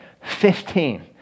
fifteen